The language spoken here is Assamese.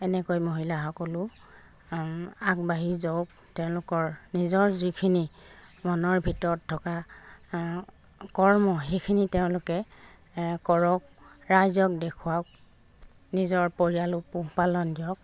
এনেকৈ মহিলাসকলো আগবাঢ়ি যাওক তেওঁলোকৰ নিজৰ যিখিনি মনৰ ভিতৰত থকা কৰ্ম সেইখিনি তেওঁলোকে কৰক ৰাইজক দেখুৱাওক নিজৰ পৰিয়ালো পোহ পালন দিয়ক